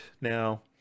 now